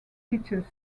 titus